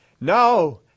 No